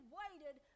waited